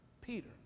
Peter